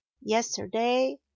yesterday